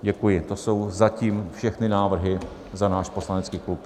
Děkuji, to jsou zatím všechny návrhy za náš poslanecký klub.